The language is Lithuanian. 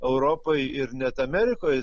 europoj ir net amerikoj